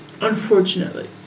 unfortunately